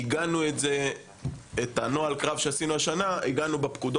עיגנו את נוהל הקרב שעשינו השנה בפקודות